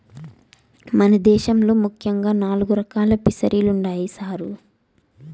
మన దేశంలో ముఖ్యంగా నాలుగు రకాలు ఫిసరీలుండాయి సారు